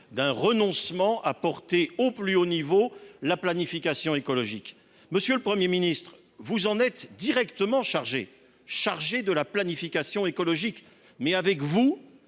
d’un renoncement à porter au plus haut niveau la planification écologique. Monsieur le Premier ministre, vous êtes vous même directement chargé de la planification écologique. Mais, pas plus